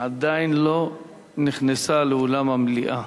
עדיין לא נכנסה לאולם המליאה.